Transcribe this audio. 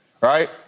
right